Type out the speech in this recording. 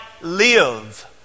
live